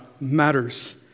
matters